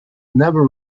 never